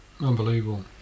Unbelievable